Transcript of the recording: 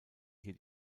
hier